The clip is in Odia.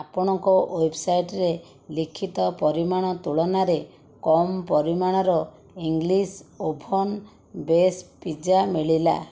ଆପଣଙ୍କ ୱେବ୍ସାଇଟ୍ରେ ଲିଖିତ ପରିମାଣ ତୁଳନାରେ କମ୍ ପରିମାଣର ଇଂଲିଶ ଓଭନ୍ ବେସ୍ ପିଜ୍ଜା ମିଳିଲା